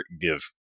give